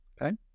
Okay